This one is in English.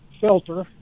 filter